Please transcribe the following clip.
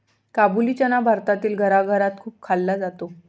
काबुली चना भारतातील घराघरात खूप खाल्ला जातो